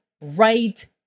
right